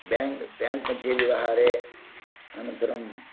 bank bank मध्ये व्यवहारे अनन्तरं